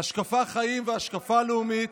"השקפת חיים והשקפה לאומית".